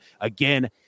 again